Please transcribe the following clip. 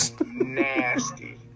Nasty